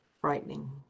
frightening